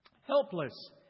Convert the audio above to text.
Helpless